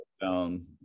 down